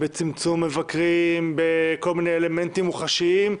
בצמצום מבקרים, בכל מיני אלמנטים מוחשיים.